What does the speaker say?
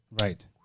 Right